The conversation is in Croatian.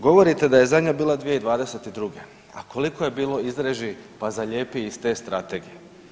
Govorite da je zadnja bila 2022., a koliko je bilo izreži, pa zalijepi iz te strategije?